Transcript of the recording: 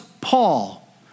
Paul